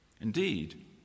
Indeed